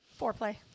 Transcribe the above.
foreplay